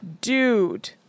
Dude